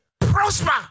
prosper